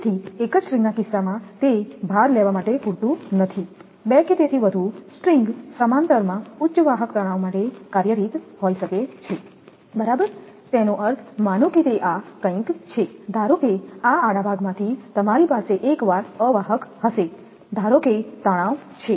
તેથી એક જ સ્ટ્રિંગ ના કિસ્સામાં તે ભાર લેવા માટે પૂરતું નથી બે કે તેથી વધુ તાર માળાઓ સમાંતરમાં ઉચ્ચ વાહક તણાવ માટે કાર્યરત હોઈ શકે છે બરાબર તેનો અર્થ માનો કે તે આ કંઈક છે ધારો કે આ આડા ભાગ માંથી તમારી પાસે એકવાર અવાહક હશે ધારો કે તે તણાવ છે